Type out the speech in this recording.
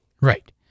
Right